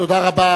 תודה רבה.